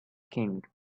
king